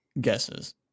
guesses